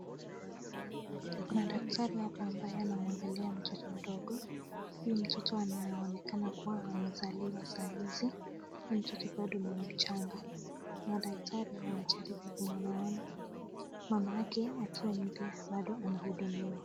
Kuna daktari hapa ambaye anamwangalia mtoto mdogo. Huyu mtoto anaonekana kuwa amezaliwa saa hizi. Mtoto bado ni mchanga na daktari wanajaribu kumuona. Mama yake akiwa pia bado anahudumiwa.